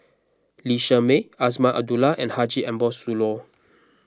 Lee Shermay Azman Abdullah and Haji Ambo Sooloh